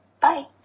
Bye